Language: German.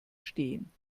stehen